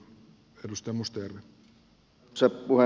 arvoisa puhemies